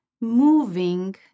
moving